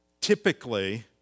typically